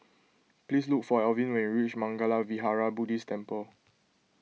please look for Elvin when you reach Mangala Vihara Buddhist Temple